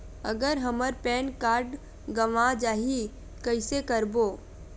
अगर हमर PAN card गवां जाही कइसे करबो?